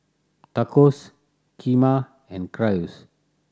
Tacos Kheema and Gyros